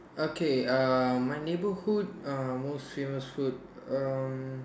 okay uh my neighbourhood um most famous food um